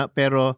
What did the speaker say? pero